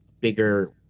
bigger